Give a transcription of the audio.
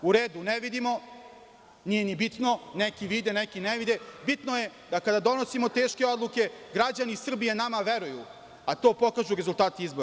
U redu, ne vidimo, nije ni bitno, neki vide, neki ne vide, a bitno je da, kada donosimo teške odluke, građani Srbije nama veruju, a to pokažu rezultati izbora.